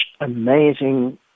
amazing